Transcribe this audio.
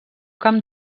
camp